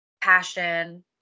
passion